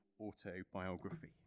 autobiography